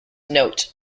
note